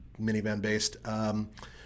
minivan-based